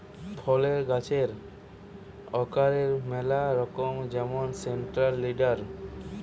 ফলের গাছের আকারের ম্যালা রকম যেমন সেন্ট্রাল লিডার